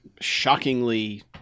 shockingly